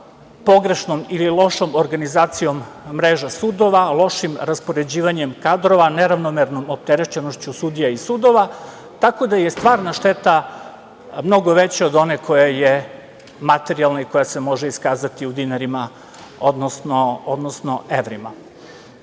pogrešnom ili lošom organizacijom mreža sudova, lošim raspoređivanjem kadrova, neravnomernom opterećenošću sudija i sudova, tako da je stvarna šteta mnogo veća od one koja je materijalna i koja se može iskazati u dinarima, odnosno evrima. Ono